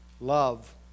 love